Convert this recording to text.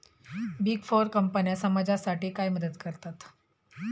Big four कंपन्या समाजासाठी काय मदत करतात?